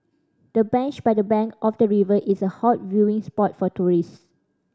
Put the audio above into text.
the bench by the bank of the river is a hot viewing spot for tourist